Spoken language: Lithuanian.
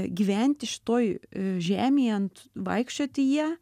gyventi šitoj žemėj ant vaikščioti ją